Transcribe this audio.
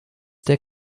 der